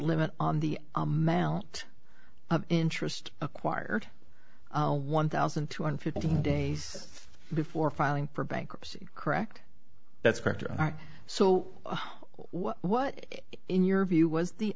limit on the amount of interest acquired one thousand two hundred fifteen days before filing for bankruptcy correct that's correct so what in your view was the